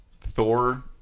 Thor